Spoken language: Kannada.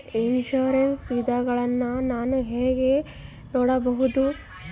ಇನ್ಶೂರೆನ್ಸ್ ವಿಧಗಳನ್ನ ನಾನು ಹೆಂಗ ನೋಡಬಹುದು?